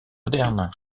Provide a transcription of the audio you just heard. modernes